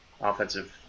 offensive